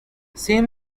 simon